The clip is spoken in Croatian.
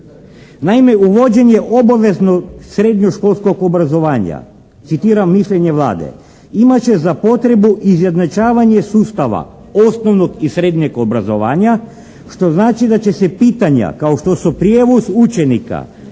Naime uvođenje obavezno srednjoškolskog obrazovanja, citiram mišljenje Vlade: "Imat će za potrebu izjednačavanje sustava osnovnog i srednjeg obrazovanja što znači da će se pitanja kao što su prijevoz učenika,